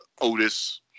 Otis